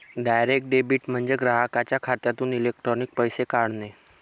direct debit म्हणजे ग्राहकाच्या खात्यातून इलेक्ट्रॉनिक पैसे काढणे